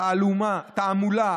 תעמולה,